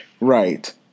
Right